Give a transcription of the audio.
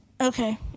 Okay